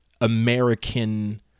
American